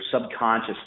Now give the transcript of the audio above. subconscious